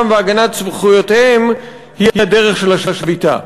והגנת זכויותיהם היא הדרך של השביתה.